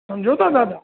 समुझो था दादा